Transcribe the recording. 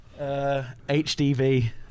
HDV